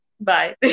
Bye